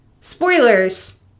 Spoilers